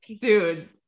dude